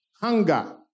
hunger